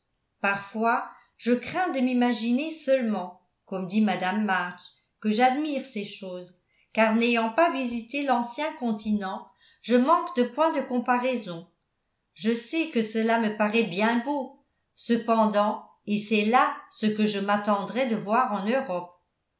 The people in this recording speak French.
parfois je crains de m'imaginer seulement comme dit mme march que j'admire ces choses car n'ayant pas visité l'ancien continent je manque de point de comparaison je sais que cela me paraît bien beau cependant et c'est là ce que je m'attendrais de voir en europe